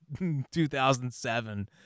2007